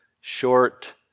short